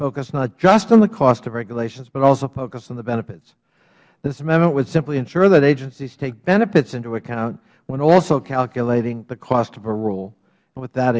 focus not just on the cost of regulations but also focus on the benefits this amendment would simply ensure that agencies take benefits into account when also calculating the cost of a rule with that